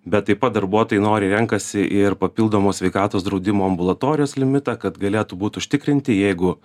bet taip pat darbuotojai noriai renkasi ir papildomo sveikatos draudimo ambulatorijos limitą kad galėtų būt užtikrinti jeigu